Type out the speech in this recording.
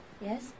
Yes